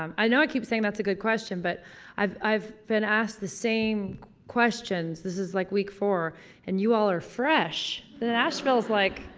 um i know i keep saying that's a good question, but i've, i've been asked the same questions. this is like week four and you all are fresh! nashville's like,